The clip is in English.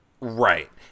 Right